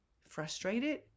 frustrated